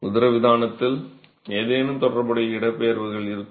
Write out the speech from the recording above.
உதரவிதானத்தில் ஏதேனும் தொடர்புடைய இடப்பெயர்வுகள் இருக்கும்